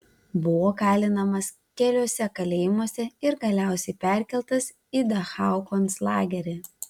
buvo kalinamas keliuose kalėjimuose ir galiausiai perkeltas į dachau konclagerį